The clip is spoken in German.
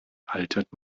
altert